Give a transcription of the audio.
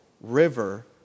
river